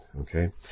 Okay